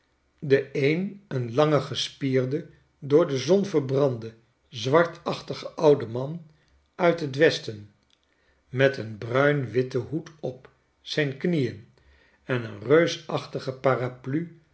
de een een lange gespierde door de zon verbrande zwartachtige oude man uit het westen met een bruinwitten hoed op zijn knieen en een reusachtige paraplu